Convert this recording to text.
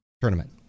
tournament